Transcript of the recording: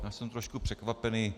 Já jsem trošku překvapený.